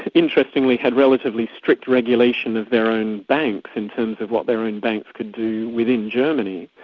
interestingly, had relatively strict regulation of their own banks in terms of what their own banks could do within germany,